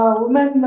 women